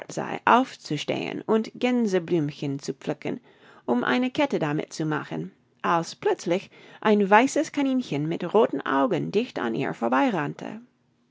sei aufzustehen und gänseblümchen zu pflücken um eine kette damit zu machen als plötzlich ein weißes kaninchen mit rothen augen dicht an ihr